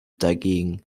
dagegen